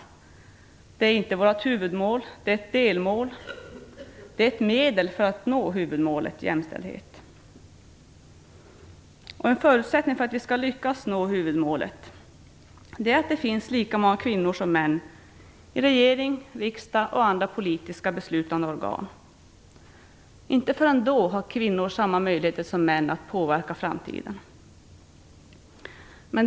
Detta är inte vårt huvudmål, utan det är ett delmål, ett medel för att nå huvudmålet jämställdhet. En förutsättning för att vi skall lyckas nå huvudmålet är att det finns lika många kvinnor som män i regering, riksdag och andra politiska beslutande organ. Inte förrän då har kvinnor samma möjligheter som män att påverka framtiden.